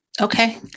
Okay